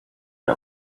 you